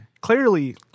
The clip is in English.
clearly